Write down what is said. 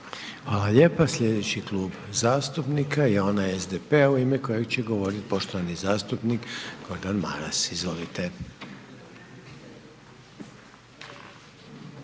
Hvala lijepa. Slijedeći je Klub zastupnika onaj SDP-a u ime koje će govoriti poštovani zastupnik Gordan Maras, izvolite.